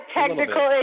technical